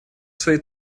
свои